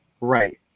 Right